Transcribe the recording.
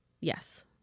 yes